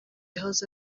yahoze